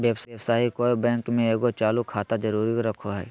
व्यवसायी कोय बैंक में एगो चालू खाता जरूर रखो हइ